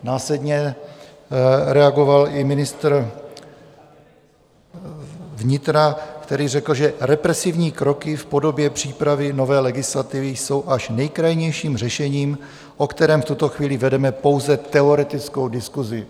Následně reagoval i ministr vnitra, který řekl, že represivní kroky v podobě přípravy nové legislativy jsou až nejkrajnějším řešením, o kterém v tuto chvíli vedeme pouze teoretickou diskusi.